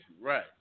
Right